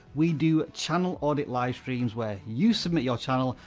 we do channel audit live streams where you submit your channel,